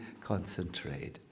concentrate